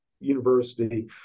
university